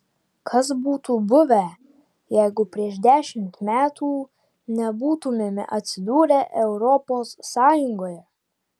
kas būtų buvę jeigu prieš dešimt metų nebūtumėme atsidūrę europos sąjungoje